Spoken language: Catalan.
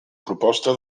proposta